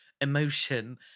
emotion